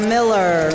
Miller